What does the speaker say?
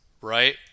right